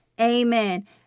Amen